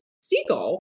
seagull